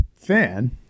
fan